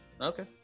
Okay